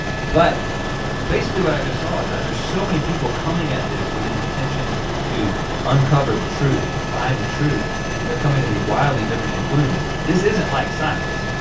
but basically what i just saw is that there's so many people coming at this with an intention to uncover the truth, to find the truth and they're coming to these wildly different conclusions. this isn't like science.